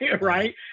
right